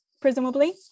presumably